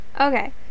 Okay